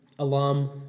alum